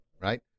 right